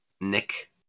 Nick